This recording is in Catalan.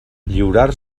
lliurar